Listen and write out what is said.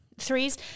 Threes